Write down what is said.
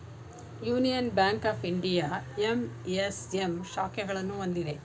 union bank of India MSM ಶಾಖೆಗಳನ್ನು ಹೊಂದಿದೆ